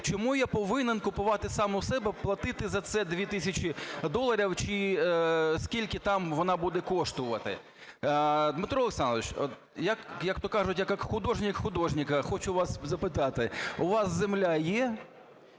Чому я повинен купувати сам у себе, платити за це 2 тисячі доларів чи скільки там вона буде коштувати? Дмитро Олександрович, от як то кажуть, як художник художника, хочу вас запитати, у вас земля є?